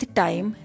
time